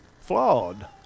flawed